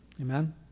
Amen